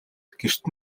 гэрт